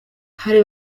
hari